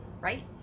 right